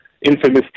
infamous